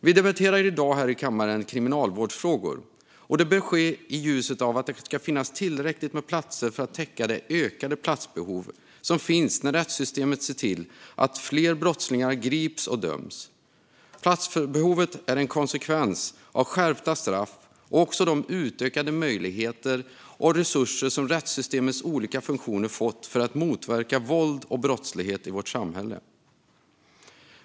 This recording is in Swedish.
Vi debatterar i dag kriminalvårdsfrågor här i kammaren, och det bör ske i ljuset av att det ska finnas tillräckligt med platser för att täcka det ökade platsbehov som uppstår när rättssystemet ser till att fler brottslingar grips och döms. Platsbehovet är en konsekvens av skärpta straff och också av de utökade möjligheter och resurser som rättssystemets olika funktioner fått för att motverka våld och brottslighet i vårt samhälle.